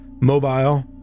mobile